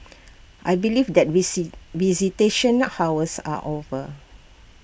I believe that we see visitation hours are over